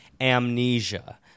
amnesia